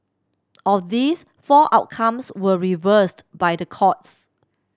of these four outcomes were reversed by the courts